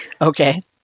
Okay